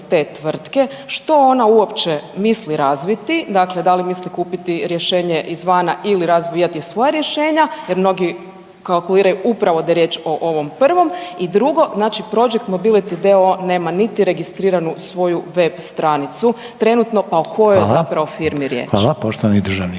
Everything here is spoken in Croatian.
te tvrtke, što ona uopće misli razviti, dakle da li misli kupiti rješenje izvana ili razvijati svoja rješenja jer mnogi kalkuliraju upravo da je riječ o ovom prvom. I drugo, znači Project mobility d.o.o. nema niti registriranu svoju web stranicu trenutno …/Upadica: Hvala./… pa o kojoj je zapravo firmi riječ? **Reiner,